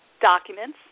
documents